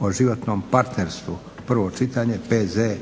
o životnom partnerstvu, prvo čitanje, P.Z.